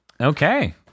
Okay